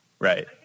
Right